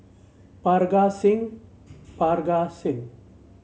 Parga Singh Parga Singh